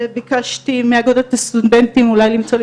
ביקשתי מאגודת הסטודנטים אולי למצוא לי